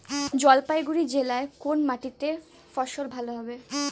জলপাইগুড়ি জেলায় কোন মাটিতে ফসল ভালো হবে?